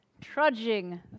Trudging